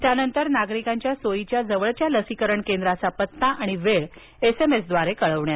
त्यानंतर नागरिकांच्या सोयीच्या जवळच्या लसीकरण केंद्राचा पत्ता आणि वेळ ही एस एम एस द्वारे कळवण्यात येईल